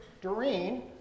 Doreen